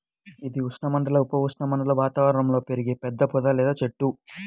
ఇది ఉష్ణమండల, ఉప ఉష్ణమండల వాతావరణంలో పెరిగే పెద్ద పొద లేదా చెట్టు